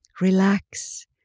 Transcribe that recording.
Relax